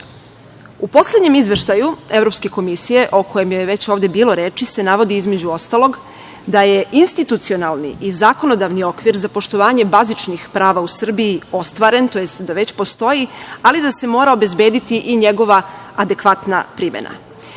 poslednjem izveštaju Evropske komisije, o kojem je već ovde bilo reči, se navodi između ostalog da je institucionalni i zakonodavni okvir za poštovanje bazičnih prava u Srbiji ostvaren tj. da već postoji, ali da se mora obezbediti i njegova adekvatna primena. Samim